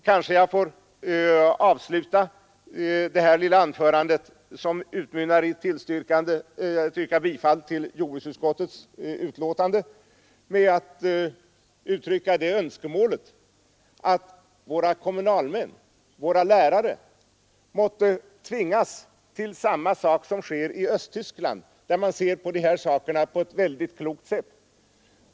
Kanske jag får avsluta detta lilla anförande, som utmynnar i ett yrkande om bifall till jordbruksutskottets hemställan, med att uttrycka det önskemålet, att våra kommunalmän, våra lärare måtte tvingas till samma sak som sker i Östtyskland, där man ser på dessa saker på ett klokt sätt.